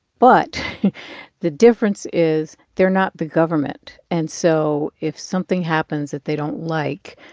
but the difference is they're not the government. and so if something happens that they don't like,